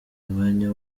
umwanya